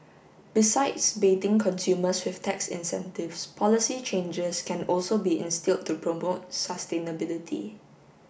besides baiting consumers with tax incentives policy changes can also be instilled to promote sustainability